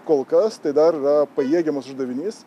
kol kas tai dar yra pajėgiamas uždavinys